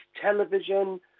television